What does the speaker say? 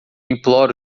imploro